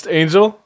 angel